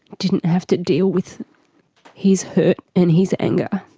didn't have to deal with his hurt and his anger.